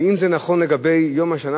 ואם זה נכון לגבי יום השנה,